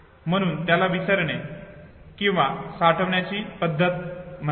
म्हणून त्याला विसरणे किंवा साठवण्याची पद्धत म्हणतात